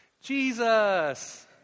Jesus